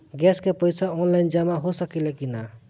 Gas के पइसा online जमा हो सकेला की?